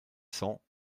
cents